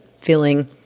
feeling